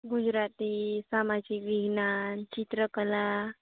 ગુજરાતી સામાજિક વિજ્ઞાન ચિત્રકલા